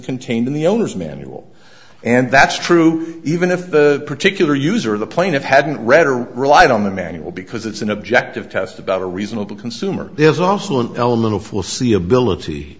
contained in the owner's manual and that's true even if the particular user of the plane it hadn't read or relied on the manual because it's an objective test about a reasonable consumer is also an element of will see ability